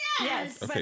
Yes